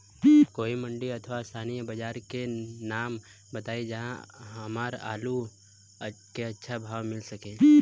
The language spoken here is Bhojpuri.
कोई मंडी अथवा स्थानीय बाजार के नाम बताई जहां हमर आलू के अच्छा भाव मिल सके?